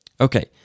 Okay